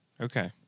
okay